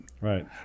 Right